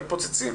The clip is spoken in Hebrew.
מתפוצצים.